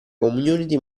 community